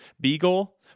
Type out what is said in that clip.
B-goal